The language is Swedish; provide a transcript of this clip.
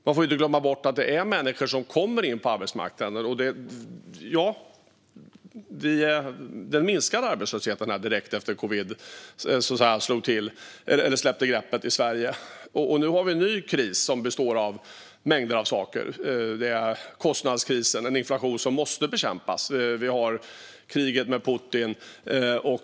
Man får inte glömma bort att det är människor som kommer in på arbetsmarknaden. Arbetslösheten minskade direkt efter att covid släppte greppet i Sverige. Nu har vi dock en ny kris som består av mängder av saker. Vi har kostnadskrisen, med en inflation som måste bekämpas. Vi har kriget med Putin.